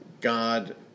God